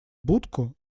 будку